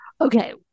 okay